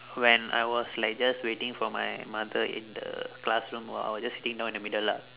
when I was like just waiting for my mother in the classroom or I was just sitting down in the middle lah